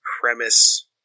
premise